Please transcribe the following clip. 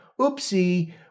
oopsie